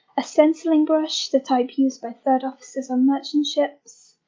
a stencilling brush the type used by third officers on merchant ships,